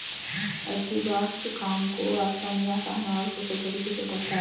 agribots काम को वास्तव में आसान और कुशल तरीके से करता है